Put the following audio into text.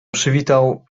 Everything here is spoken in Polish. przywitał